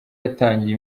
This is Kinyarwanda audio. yatangiye